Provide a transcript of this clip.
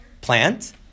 plant